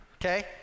okay